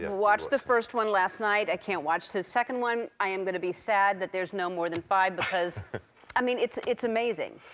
and watched the first one last night. i can't watch the second one. i am going to be sad that there's no more than five, because i mean it's it's amazing.